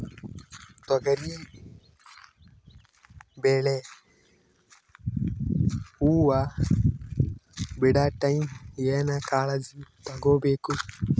ತೊಗರಿಬೇಳೆ ಹೊವ ಬಿಡ ಟೈಮ್ ಏನ ಕಾಳಜಿ ತಗೋಬೇಕು?